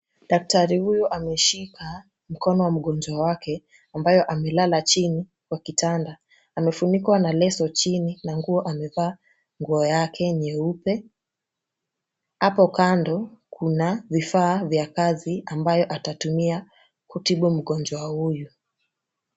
Daktari huyu ameshika mkono wa mgonjwa wake ambaye amelala chini kwa kitanda. Amefunikwa na leso chini na nguo amevaa nguo yake nyeupe. Apo kando kuna vifaa vya kazi ambayo atatumia kutibu mgonjwa huyu.